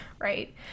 right